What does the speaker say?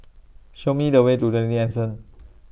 Show Me The Way to twenty Anson